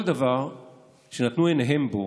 כל דבר שנתנו בו